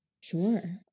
Sure